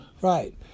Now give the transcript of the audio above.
Right